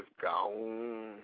gone